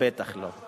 בטח לא.